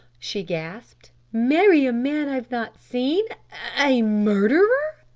she gasped. marry a man i've not seen a murderer?